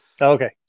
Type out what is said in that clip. Okay